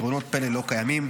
פתרונות פלא לא קיימים.